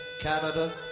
Canada